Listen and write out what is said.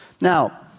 Now